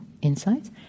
insights